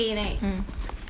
that time me and